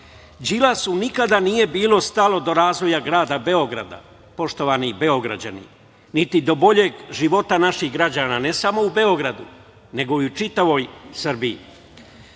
nikada nije bilo stalo do razvoja grada Beograda, poštovani Beograđani, niti do boljeg života naših građana, ne samo u Beogradu, nego i u čitavoj Srbiji. Ja